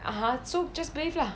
(uh huh) so just place lah